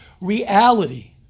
reality